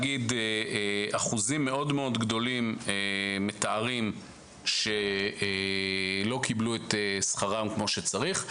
אחוזים מאוד מאוד גדולים מתארים שהם לא קיבלו את שכרם כמו שצריך.